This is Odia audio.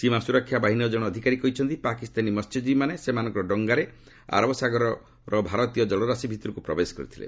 ସୀମା ସୁରକ୍ଷା ବାହିନୀର ଜଣେ ଅଧିକାରୀ କହିଛନ୍ତି ପାକିସ୍ତାନୀ ମସ୍ୟଜୀବୀମାନେ ସେମାନଙ୍କର ଡଙ୍ଗାରେ ଆରବସାଗରର ଭାରତୀୟ ଜଳରାଶି ଭିତରକୁ ପ୍ରବେଶ କରିଥିଲେ